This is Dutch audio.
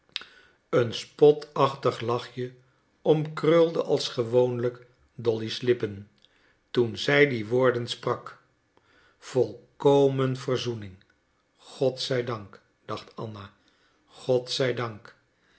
een spotachtig lachje omkrulde als gewoonlijk dolly's lippen toen zij die woorden sprak volkomen verzoening god zij dank dacht anna god zij dank